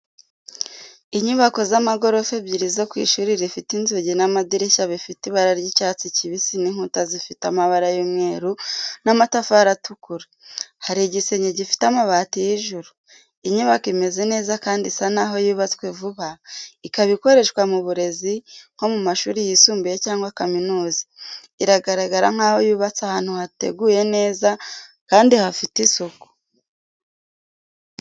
Inyubako z'amagorofa ebyiri zo ku ishuri rifite inzugi n'amadirishya bifite ibara ry'icyatsi kibisi n’inkuta zifite amabara y'umweru n’amatafari atukura. Hari igisenge gifite amabati y’ijuru. Inyubako imeze neza kandi isa naho yubatswe vuba ikaba ikoreshwa mu burezi nko mu mashuri yisumbuye cyangwa kaminuza. Iragaragara nkaho yubatse ahantu hateguye neza kandi hafite isuku.